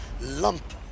lump